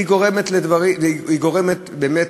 גורמת באמת,